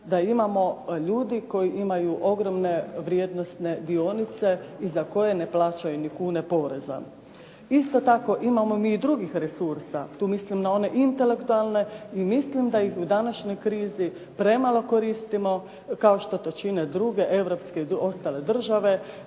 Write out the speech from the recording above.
Da imamo ljudi koji imaju ogromne vrijednosne dionice i za koje ne plaćaju ni kune poreza. Isto tako imamo mi i drugih resursa. Tu mislim na one intelektualne i mislim da ih u današnjoj krizi premalo koristimo, kao što to čine druge europske ostale države,